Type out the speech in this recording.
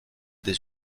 des